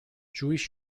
jewish